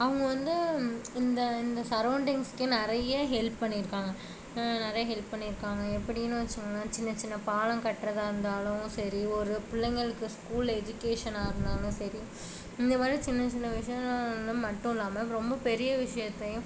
அவங்க வந்து இந்த இந்த சரவுண்டிங்ஸ்க்கே நிறையே ஹெல்ப் பண்ணியிருக்காங்க நிறைய ஹெல்ப் பண்ணியிருக்காங்க எப்படின்னா வைச்சிக்கோங்களேன் சின்ன சின்ன பாலம் கட்டுறதா இருந்தாலும் சரி ஒரு பிள்ளைங்களுக்கு ஸ்கூல் எஜுகேஷனாக இருந்தாலும் சரி இந்த மாதிரி சின்ன சின்ன விஷயம்லாம் மட்டும் இல்லாமல் ரொம்ப பெரிய விஷயத்தையும்